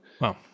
Wow